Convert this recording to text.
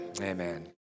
amen